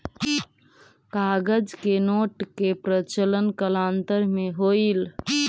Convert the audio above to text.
कागज के नोट के प्रचलन कालांतर में होलइ